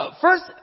First